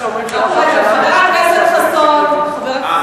אתה יודע שאומרים שראש הממשלה, א.